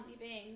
leaving